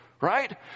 Right